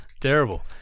terrible